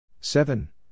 seven